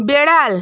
বিড়াল